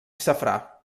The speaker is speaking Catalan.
safrà